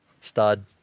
stud